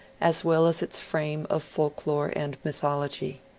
as well as its frame of folk-lore and mythology.